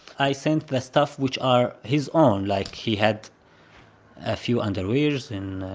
i sent the stuff which are his own. like he had a few underwears in